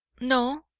no,